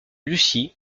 lucie